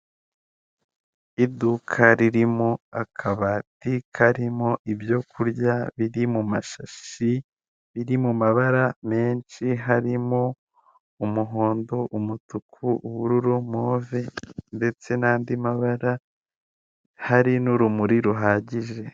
Mu karere ka Muhanga habereyemo irushanwa ry'amagare riba buri mwaka rikabera mu gihugu cy'u Rwanda, babahagaritse ku mpande kugira ngo hataba impanuka ndetse n'abari mu irushanwa babashe gusiganwa nta nkomyi.